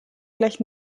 gleich